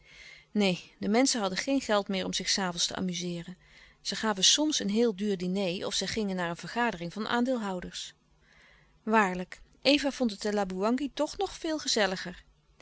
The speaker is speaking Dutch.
neen de menschen hadden geen geld meer om zich s avonds te amuzeeren zij gaven soms een heel duur diner of zij gingen naar een vergadering van aandeelhouders waarlijk eva vond het te laboewangi toch nog veel gezelliger